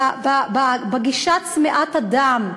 בגישה צמאת הדם,